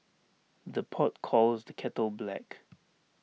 the pot calls the kettle black